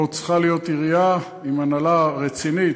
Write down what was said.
צריכה להיות עירייה עם הנהלה רצינית,